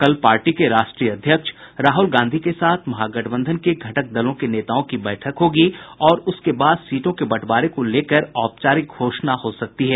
कल पार्टी के राष्ट्रीय अध्यक्ष राहुल गांधी के साथ महागठबंधन के घटक दलों के नेताओं की बैठक होगी और उसके बाद सीटों के बंटवारे को लेकर औपचारिक घोषणा हो सकती है